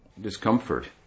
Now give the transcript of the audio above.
discomfort